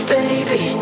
baby